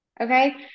Okay